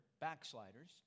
backsliders